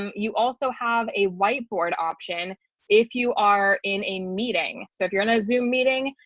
um you also have a whiteboard option if you are in a meeting. so if you're in a zoom meeting,